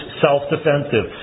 self-defensive